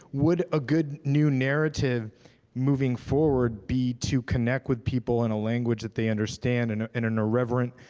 would a good new narrative moving forward be to connect with people in a language that they understand, and in an irreverent,